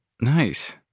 nice